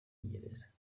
gereza